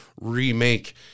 remake